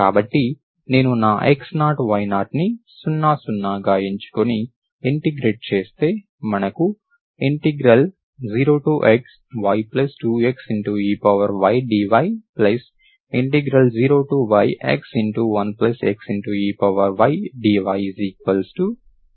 కాబట్టి నేను నా x0y0 ని 0 0గా ఎంచుకుని ఇంటిగ్రేట్ చేస్తే మనకు 0xy2 x eydx0yx1 x eydyC లభిస్తుంది